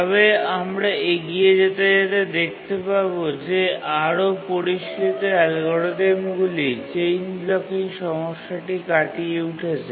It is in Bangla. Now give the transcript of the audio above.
তবে আমরা এগিয়ে যেতে যেতে দেখতে পাবো যে আরও পরিশীলিত অ্যালগরিদমগুলি চেইন ব্লকিং সমস্যাটি কাটিয়ে উঠেছে